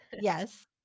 yes